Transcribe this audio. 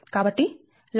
కాబట్టి ʎa 0